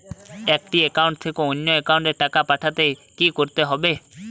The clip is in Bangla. একটি একাউন্ট থেকে অন্য একাউন্টে টাকা পাঠাতে কি করতে হবে?